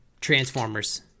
Transformers